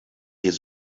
his